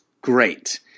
great